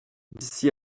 d’ici